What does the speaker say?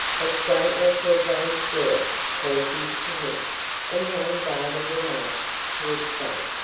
but don't let your gay spirits cause you to permit any unguarded remarks to escape.